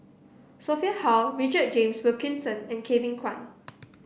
Sophia Hull Richard James Wilkinson and Kevin Kwan